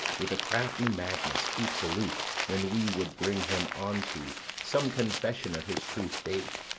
with a crafty madness, keeps aloof when we would bring him on to some confession of his true state.